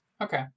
Okay